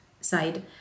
side